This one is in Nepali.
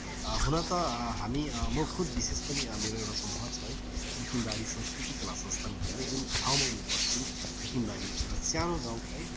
हुन त हामी म खुद विशेष पनि मेरो एउटा समूह छ है मुखिमबारी सांस्कृतिक कला संस्थान भन्ने जुन ठाउँमा म बस्छु मुखिमबारी एउटा सानो गाउँ है